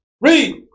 Read